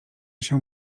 się